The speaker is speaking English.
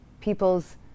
people's